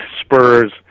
Spurs